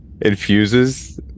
Infuses